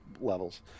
levels